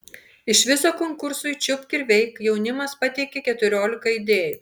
iš viso konkursui čiupk ir veik jaunimas pateikė keturiolika idėjų